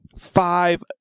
Five